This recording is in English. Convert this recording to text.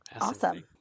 Awesome